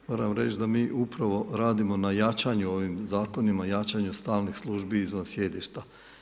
Moram reći da mi upravo radimo na jačanju ovih zakonima, jačanju stalnih službi izvan sjedišta.